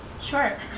Sure